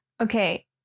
Okay